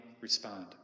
respond